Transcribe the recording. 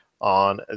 on